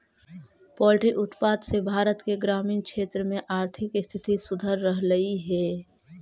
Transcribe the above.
poultry उत्पाद से भारत के ग्रामीण क्षेत्र में आर्थिक स्थिति सुधर रहलई हे